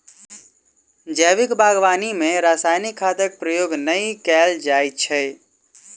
जैविक बागवानी मे रासायनिक खादक प्रयोग नै कयल जाइत छै